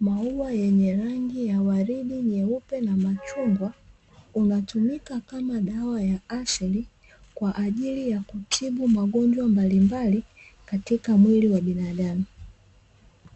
maua yenye rangi ya waridi, nyeupe, na machungwa unatumika kama dawa ya asili kwaajili ya kutibu magonjwa mbalimbali katika mwili wa binadamu.